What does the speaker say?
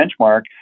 benchmark